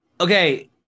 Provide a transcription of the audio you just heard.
Okay